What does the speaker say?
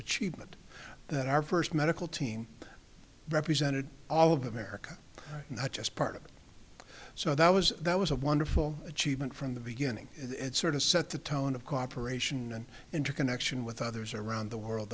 achievement that our first medical team represented all of america not just part of so that was that was a wonderful achievement from the beginning it sort of set the tone of cooperation and interconnection with others around the world